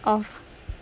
of